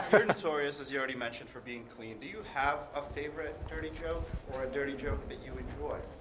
you're notorious, as you already mentioned, for being clean. do you have a favorite dirty joke or a dirty joke that you enjoy?